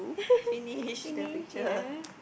finished the picture